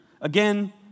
Again